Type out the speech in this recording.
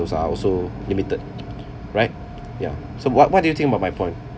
are also limited right ya so what what do you think about my point